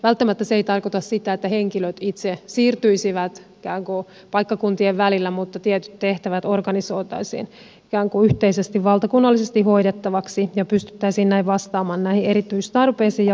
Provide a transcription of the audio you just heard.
välttämättä se ei tarkoita sitä että henkilöt itse siirtyisivät ikään kuin paikkakuntien välillä mutta tietyt tehtävät organisoitaisiin ikään kuin yhteisesti valtakunnallisesti hoidettaviksi ja pystyttäisiin näin vastaamaan näihin erityistarpeisiin ja varmistamaan asiantuntemus